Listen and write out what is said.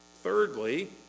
thirdly